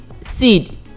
seed